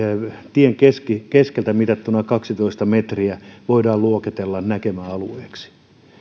tien keskeltä mitattuna kaksitoista metriä voidaan luokitella näkemäalueeksi